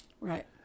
Right